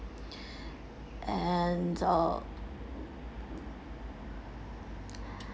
and uh